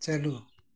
ᱪᱟᱹᱞᱩ